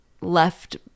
left